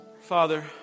Father